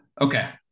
okay